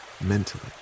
mentally